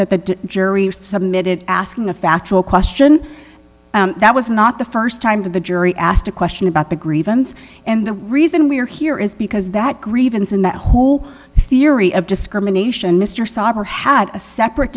that the jury submitted asking a factual question that was not the st time that the jury asked a question about the grievance and the reason we're here is because that grievance and that whole theory of discrimination mr sauber had a separate